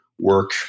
work